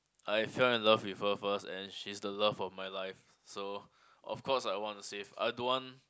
I fell in love with her first and she's the love of my life so of course I want to save I don't want